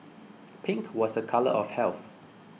pink was a colour of health